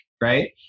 right